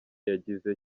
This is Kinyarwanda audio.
yagize